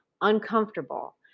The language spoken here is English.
uncomfortable